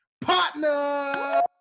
Partner